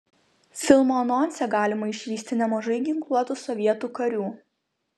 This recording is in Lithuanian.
filmo anonse galima išvysti nemažai ginkluotų sovietų karių